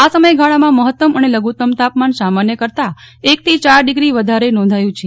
આ સમયગાળામાં મહત્તમ અને લઘુત્તમ તાપમાન સામાન્ય કરતાં એકથી ચાર ડિગ્રી વધારે નોંધાયું છે